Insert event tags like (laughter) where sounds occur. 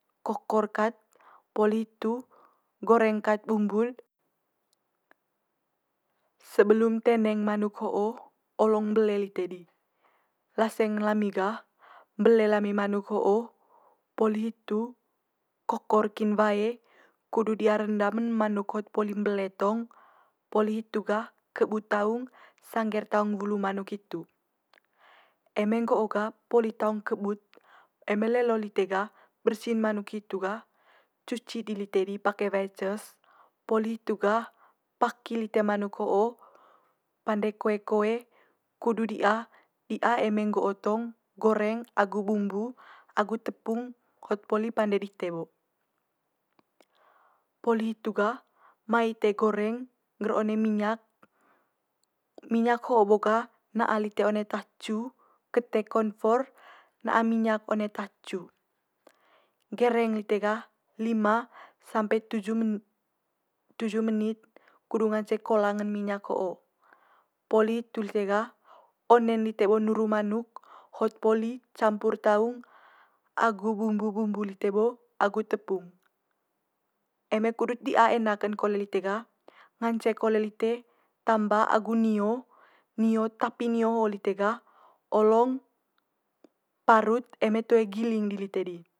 Kokor kat poli hitu goreng kat bumbu'd. Sebelum teneng manuk ho'o olong mbele lite di. Laseng lami gah mbele lami manuk ho'o poli hitu kokor kin wae kudu di'a rendam en manuk hot poli mbele tong, poli hitu gah kebut taung sangge'r taung wulu manuk hitu. Eme nggo'o ga poli taung kebut, eme lelo lite ga bersi'n manuk hitu ga cuci di lite di pake wae ces, poli hitu gah paki lite manuk ho'o, pande koe koe kudu di'a di'a eme nggo'o tong goreng agu bumbu agu tepung hot poli pande dite bo. Poli hitu gah mai ite goreng ngger one minyak, minyak ho'o bo gah na'a lite one tacu, kete konfor na'a minyak one tacu. Gereng lite gah lima sampe tuju (unintelligible) tuju menit kudu ngance kolang en minyak ho'o. Poli hitu lite gah one'n bo lite nuru manuk hot poli campur taung agu bumbu bumbu lite bo agu tepung. Eme kudut di'a enak ken kole lite gah, ngance kole lite tamba agu nio, nio tapi nio ho lite gah olong parut eme toe giling di lite di.